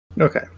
Okay